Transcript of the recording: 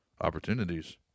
Opportunities